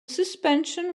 suspension